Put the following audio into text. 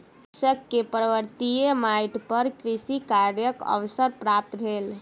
कृषक के पर्वतीय माइट पर कृषि कार्यक अवसर प्राप्त भेल